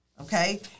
Okay